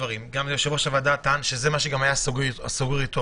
יושב-ראש הוועדה טען שזה מה שהיה סגור איתו,